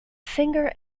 singer